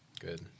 Good